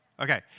Okay